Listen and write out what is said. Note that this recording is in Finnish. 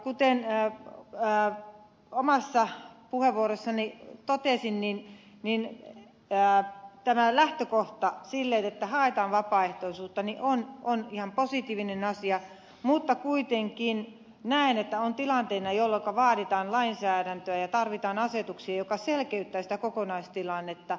kuten omassa puheenvuorossani totesin lähtökohta sille että haetaan vapaaehtoisuutta on ihan positiivinen asia mutta kuitenkin näen että on tilanteita jolloinka vaaditaan lainsäädäntöä ja tarvitaan asetuksia jotka selkeyttävät sitä kokonaistilannetta